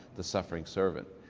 the suffering servant.